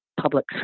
public